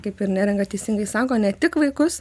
kaip ir neringa teisingai sako ne tik vaikus